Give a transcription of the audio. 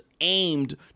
aimed